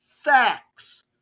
facts